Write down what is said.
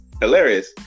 hilarious